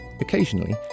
Occasionally